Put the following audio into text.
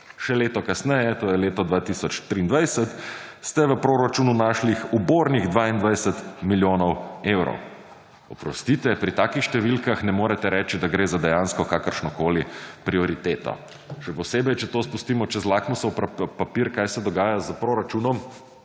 še leto kasneje, to je leto 2023 ste v proračunu našli ubornih 22 milijonov evrov, oprostite, pri takih številkah ne morete reči, da gre za dejansko kakršnokoli prioriteto, še posebej, če to spustimo čez lakmusov papir kaj se dogaja s proračunom,